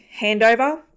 handover